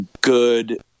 good